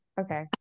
Okay